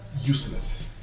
useless